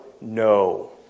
No